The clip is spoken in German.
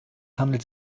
handelt